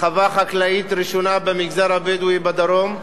חווה חקלאית ראשונה במגזר הבדואי בדרום,